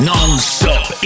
Non-stop